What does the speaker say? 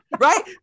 right